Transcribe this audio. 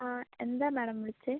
ആ എന്താ മേഡം വിളിച്ചത്